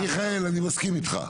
מיכאל אני מסכים איתך.